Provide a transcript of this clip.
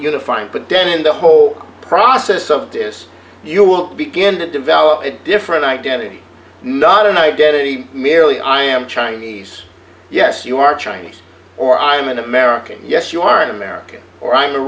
unifying but down in the whole busy process of this you will begin to develop a different identity not an identity merely i am chinese yes you are chinese or i am an american yes you are an american or i'm a